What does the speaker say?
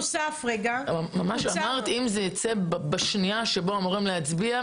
אמרת ממש שאם זה יוצא בשנייה שאמורים להצביע,